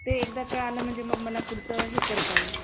ते एकदा कळलं म्हणजे मग मला पुढचं हे करता येईल